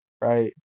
right